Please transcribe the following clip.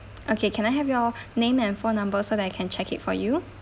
okay can I have your name and phone number so that I can check it for you